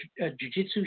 jujitsu